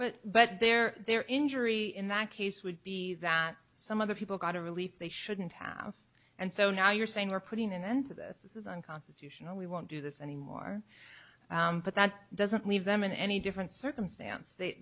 but but there there injury in that case would be that some of the people got a relief they shouldn't have and so now you're saying we're putting an end to this this is unconstitutional we won't do this anymore but that doesn't leave them in any different circumstance th